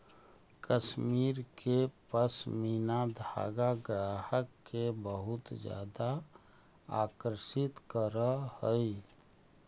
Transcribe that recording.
कश्मीर के पशमीना धागा ग्राहक के बहुत ज्यादा आकर्षित करऽ हइ